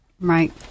Right